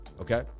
okay